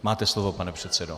Máte slovo, pane předsedo.